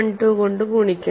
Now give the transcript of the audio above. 12 കൊണ്ട് ഗുണിക്കണം